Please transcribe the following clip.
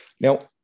Now